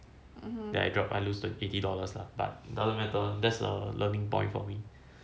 dropped by eighty percent that I drop I lose the eighty dollars lah but doesn't matter that's a learning point for me